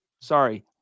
Sorry